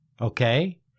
okay